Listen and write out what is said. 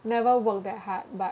never worked that hard but